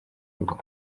rugo